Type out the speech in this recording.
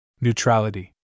Neutrality